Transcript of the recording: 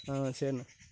ஆ சரிண்ணே